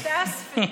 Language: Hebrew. מתאספה.